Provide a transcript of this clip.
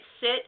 sit